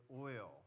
oil